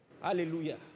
Hallelujah